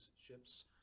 ships